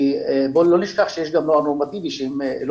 בואו לא נשכח שיש גם נוער נורמטיבי שאם לא